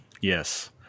Yes